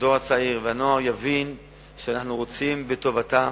הדור הצעיר והנוער, יבינו שאנחנו רוצים בטובתם,